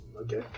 Okay